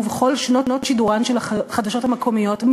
ובכל שנות שידורן של החדשות המקומיות,